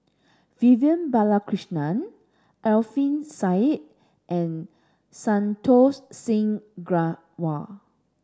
Vivian Balakrishnan Alfian Sa'at and Santokh Singh Grewal